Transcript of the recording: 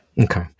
Okay